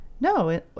No